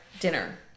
Dinner